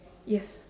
yes